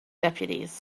deputies